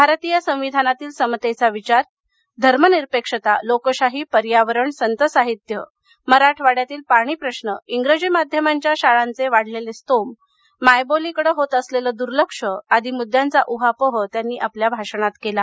भारतीय संविधानातील समतेचा विचार धर्मनिरपेक्षता लोकशाही पर्यावरण संतसाहित्य मराठवाड्यातील पाणीप्रश्र इंग्रजी माध्यमांच्या शाळांचे वाढलेले स्तोम मायबोलीकडे होत असलेले दूर्लक्ष आदी मृद्यांचा ऊहापोह त्यांनी आपली भाषणात केला